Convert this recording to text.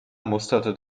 musterte